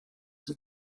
die